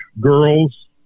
girls